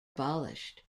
abolished